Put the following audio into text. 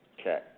Okay